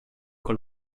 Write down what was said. con